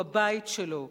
הוא הבית שלו,